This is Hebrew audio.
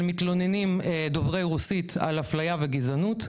מתלוננים דוברי רוסית על הפליה וגזענות.